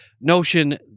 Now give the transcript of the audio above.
notion